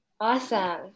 Awesome